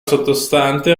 sottostante